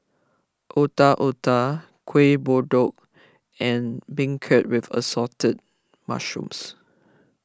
Otak Otak Kuih Kodok and Beancurd with Assorted Mushrooms